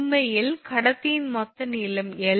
உண்மையில் கடத்தியின் மொத்த நீளம் l